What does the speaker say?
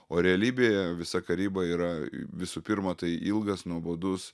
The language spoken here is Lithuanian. o realybėje visa karyba yra visų pirma tai ilgas nuobodus